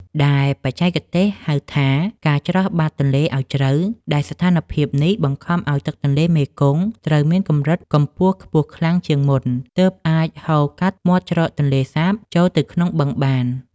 ដែលបច្ចេកទេសហៅថា ការច្រោះបាតទន្លេឱ្យជ្រៅ ដែលស្ថានភាពនេះបង្ខំឱ្យទឹកទន្លេមេគង្គត្រូវមានកម្រិតកម្ពស់ខ្ពស់ខ្លាំងជាងមុន ទើបអាចហូរកាត់មាត់ច្រកទន្លេសាបចូលទៅក្នុងបឹងបាន។